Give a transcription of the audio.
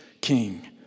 king